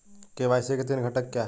KYC के तीन घटक क्या हैं?